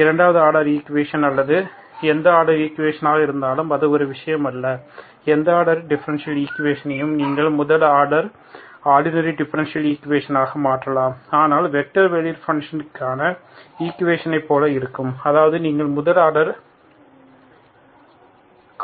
இரண்டாவது order equation அல்லது எந்த ஆர்டர் ஈக்குவேஷனாக இருந்தாலும் அது ஒரு விஷயம் அல்ல எந்த ஆர்டர் டிஃப்பரன்சியல் ஈக்குவேஷனையும் நீங்கள் முதல் ஆர்டர் ஆடினரி டிஃப்பரன்சியல் ஈக்குவேஷனாக மாற்றலாம் ஆனால் வெக்டார் வேலுட் பங்ஷனுக்கான ஈக்குவேஷன் போல இருக்கும் அதாவது நீங்கள் முதல் ஆர்டர்